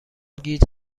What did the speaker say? گیج